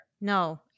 No